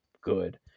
good